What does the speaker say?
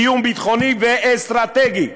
איום ביטחוני ואסטרטגי.